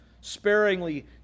sparingly